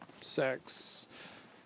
sex